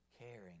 caring